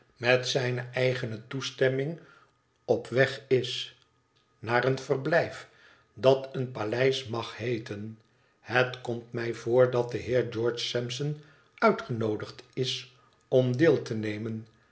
met zijne eigene toestemming op weg is naar een verblijf dat een paleis mag heeten het komt mij voor dat de heer george sampson uitgenoodigd is om leel te nemen